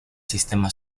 sistema